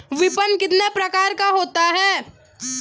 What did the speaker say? विपणन कितने प्रकार का होता है?